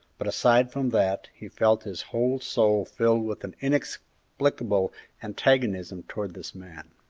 but aside from that, he felt his whole soul filled with an inexplicable antagonism towards this man.